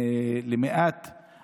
(אומר דברים בשפה הערבית,